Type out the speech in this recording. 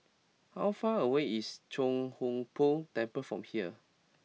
how far away is Chia Hung Boo Temple from here